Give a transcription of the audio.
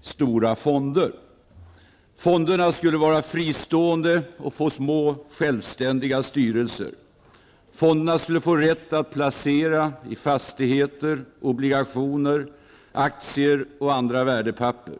stora fonder. Fonderna skulle vara fristående och få små, självständiga styrelser. Fonderna skulle få rätt att placera i fastigheter, obligationer, aktier och andra värdepapper.